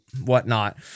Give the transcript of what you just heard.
whatnot